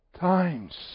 times